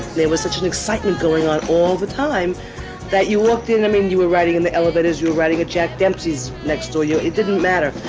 there was such an excitement going on all the time that you walked in. i mean, you were riding in the elevators, you're riding a jack dempsey's next door. it didn't matter.